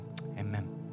amen